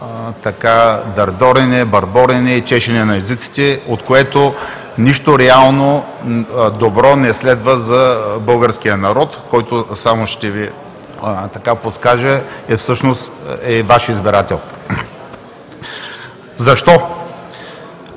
дърдорене, бърборене и чешене на езиците“, от което нищо реално и добро не следва за българския народ, който – само ще Ви подскажа, е Ваш избирател. Защо?